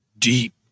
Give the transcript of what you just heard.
Deep